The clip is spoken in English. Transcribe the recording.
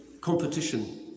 competition